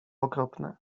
okropne